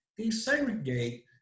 desegregate